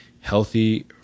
healthy